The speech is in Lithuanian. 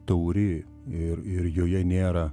tauri ir ir joje nėra